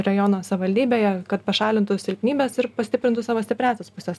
rajono savivaldybėje kad pašalintų silpnybes ir pastiprintų savo stipriąsias puses